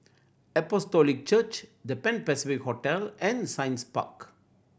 Apostolic Church The Pan Pacific Hotel and Science Park